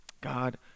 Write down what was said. God